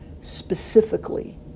specifically